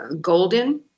Golden